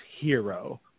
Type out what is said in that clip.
hero